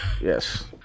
Yes